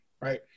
right